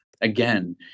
again